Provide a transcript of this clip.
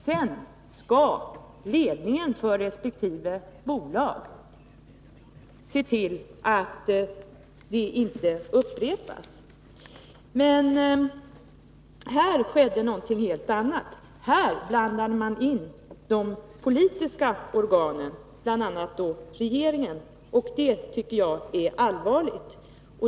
Sedan skall ledningen för resp. bolag se till att överträdelserna inte upprepas. Men här skedde någonting helt annat. Här blandade man in de politiska organen, bl.a. regeringen. Det tycker jag är allvarligt.